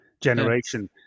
Generation